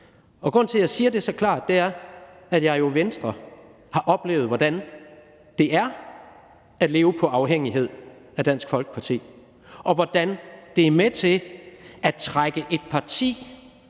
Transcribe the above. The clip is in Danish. og grunden til, at jeg siger det så klart, er, at jeg jo i Venstre har oplevet, hvordan det er at leve på afhængighed af Dansk Folkeparti, og hvordan det er med til at trække et parti og